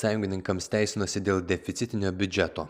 sąjungininkams teisinosi dėl deficitinio biudžeto